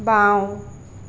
বাওঁ